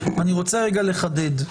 ואני רוצה רגע לחדד.